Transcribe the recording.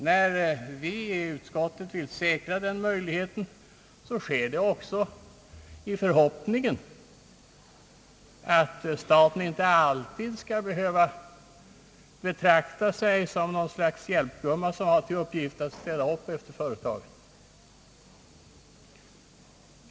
När utskottsmajoriteten vill säkra den möjligheten sker det också i förhoppningen att staten inte skall behöva betrakta sig som hjälpgumma med uppgift att städa upp efter företagen.